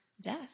death